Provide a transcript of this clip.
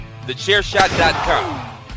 Thechairshot.com